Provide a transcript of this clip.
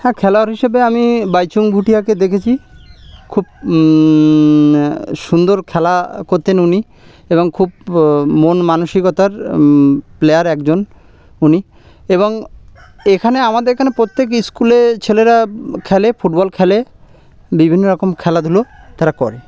হ্যাঁ খেলোয়াড় হিসেবে আমি বাইচুং ভুটিয়াকে দেখেছি খুব সুন্দর খেলা করতেন উনি এবং খুব মন মানসিকতার প্লেয়ার একজন উনি এবং এখানে আমাদের এখানে প্রত্যেক স্কুলে ছেলেরা খেলে ফুটবল খেলে বিভিন্ন রকম খেলাধুলো তারা করে